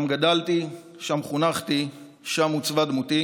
שם גדלתי, שם חונכתי, שם עוצבה דמותי